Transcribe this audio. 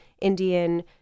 Indian